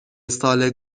سال